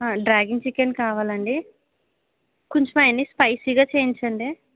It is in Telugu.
డ్రాగన్ చికెన్ కావాలండీ కొంచెం అవన్నీ స్పైసీగా చేయించండి